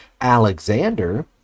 Alexander